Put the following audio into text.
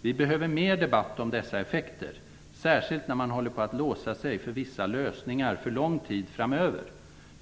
Vi behöver mer debatt om dessa effekter, särskilt när man håller på att låsa sig för vissa lösningar för lång tid framöver.